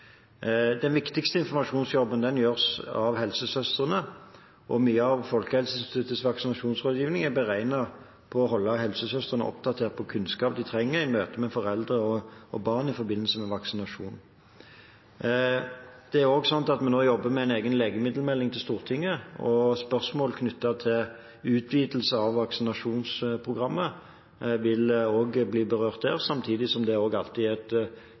Den viktigste informasjonsjobben gjøres av helsesøstrene, og mye av Folkehelseinstituttets vaksinasjonsrådgivning er beregnet på å holde helsesøstrene oppdatert på kunnskap de trenger i møte med foreldre og barn i forbindelse med vaksinasjon. Det er også slik at vi nå jobber med en egen legemiddelmelding til Stortinget. Spørsmål knyttet til utvidelse av vaksinasjonsprogrammet vil også bli berørt der, samtidig som det også alltid er et